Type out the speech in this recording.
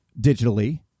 digitally